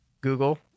Google